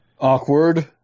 Awkward